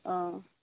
অঁ